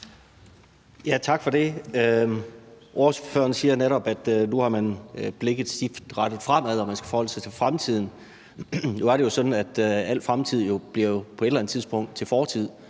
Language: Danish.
Tak for det. Ordføreren siger netop, at man nu har blikket stift rettet fremad, og at man skal forholde sig til fremtiden. Nu er det jo sådan, at al fremtid på et eller andet tidspunkt bliver til